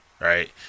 Right